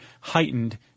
heightened